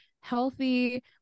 healthy